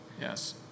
yes